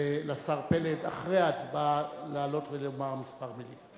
לשר פלד, אחרי ההצבעה, לעלות ולומר כמה מלים.